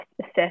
assess